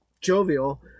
jovial